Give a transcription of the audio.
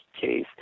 case